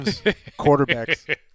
quarterbacks